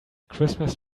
christmas